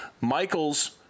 Michaels